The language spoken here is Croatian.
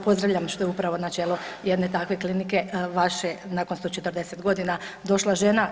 Pozdravljam što je upravo na čelu jedne takve klinike vaše nakon 140 godina došla žena.